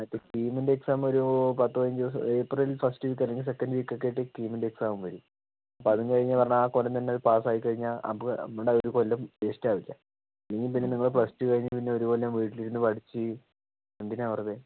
അപ്പൊൾ കീമിൻറ്റെ എക്സാം ഒരു പത്തു പതിനഞ്ചു ദിവസം ഏപ്രിൽ ഫസ്റ്റ് വീക്ക് അല്ലെങ്കിൽ സെക്കൻറ്റ് വീക്കൊക്കെ ആയിട്ടു കീമിൻ്റെ എക്സാം വരും അപ്പൊൾ അതും കഴിഞ്ഞു പറഞ്ഞാൽ ആ കൊല്ലം തന്നെ പാസായി കഴിഞ്ഞാൽ അപ്പൊൾ നമ്മുടെ ആ ഒരു കൊല്ലം വേസ്റ്റാവില്ല ഇല്ലേൽ പിന്നെ നിങ്ങളിനി പ്ലസ്ടു കഴിഞ്ഞു ഒരു കൊല്ലം വീട്ടിലിരുന്നു പഠിച്ചു എന്തിനാ വെറുതെ